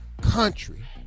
country